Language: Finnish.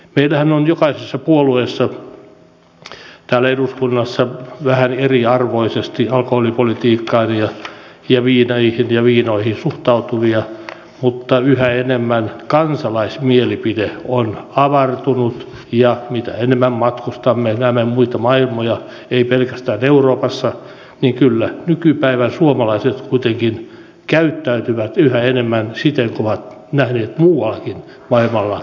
meillähän on jokaisessa puolueessa täällä eduskunnassa vähän eriarvoisesti alkoholipolitiikkaan ja viineihin ja viinoihin suhtautuvia mutta yhä enemmän kansalaismielipide on avartunut ja mitä enemmän matkustamme ja näemme muita maailmoja ei pelkästään euroopassa niin kyllä nykypäivän suomalaiset kuitenkin käyttäytyvät yhä enemmän siten kuin ovat nähneet muuallakin maailmalla käyttäydyttävän